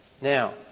Now